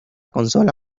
consola